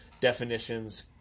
definitions